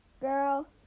girl